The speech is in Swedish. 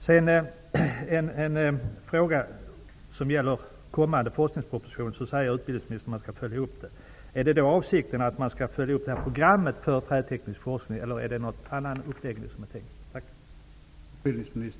Som svar på en fråga som gäller kommande forskningsproposition säger utbildningsministern att man skall följa upp den. Är avsikten att man skall följa upp programmet för träteknisk forskning eller är det någon annan uppläggning som är tänkt?